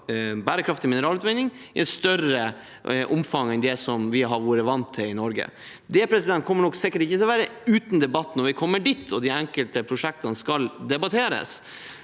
bærekraftig mineralutvinning i større omfang enn det vi har vært vant til i Norge. Det kommer sikkert ikke til å være uten debatt når vi kommer dit, og de enkelte prosjektene skal debatteres.